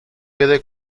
quede